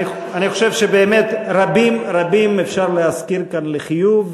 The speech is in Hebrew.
אני חושב שרבים רבים אפשר להזכיר כאן לחיוב,